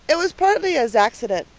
it was partly a zacksident,